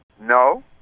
No